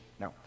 no